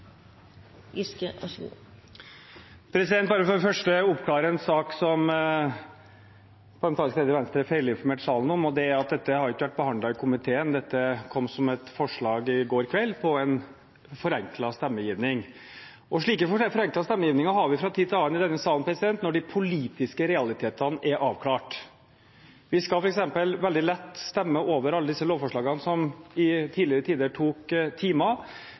bare for det første oppklare en sak som parlamentarisk leder i Venstre feilinformerte salen om. Det er at dette ikke har vært behandlet i komiteen, dette kom som et forslag i går kveld på en forenklet stemmegivning. Slike forenklede stemmegivninger har vi fra tid til annen i denne salen når de politiske realitetene er avklart. Vi skal f.eks. stemme over alle disse lovforslagene, som i tidligere tider tok